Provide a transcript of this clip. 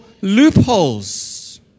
loopholes